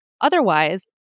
Otherwise